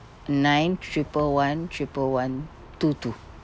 nine triple one triple one two two